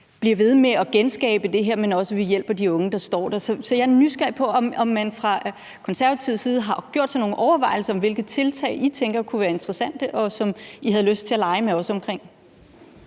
bliver ved med at genskabe det her, men at vi hjælper de unge, der står der. Så er jeg nysgerrig på, om man fra Konservatives side har gjort sig nogle overvejelser om, hvilke tiltag man tænker kunne være interessante, og som man havde lyst til at lege med os omkring.